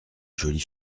jolies